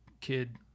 kid